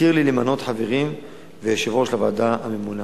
והתיר לי למנות חברים ויושב-ראש לוועדה הממונה.